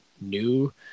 new